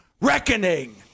Reckoning